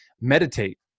Meditate